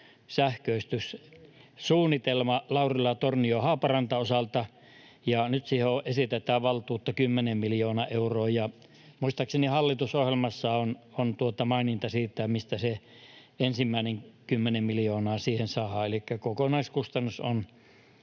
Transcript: sähköistyssuunnitelma Laurila—Tornio—Haaparanta-osalta. Nyt siihen esitetään valtuutta 10 miljoonaa euroa, ja muistaakseni hallitusohjelmassa on maininta siitä, mistä se ensimmäinen 10 miljoonaa siihen saadaan. Elikkä kokonaiskustannus on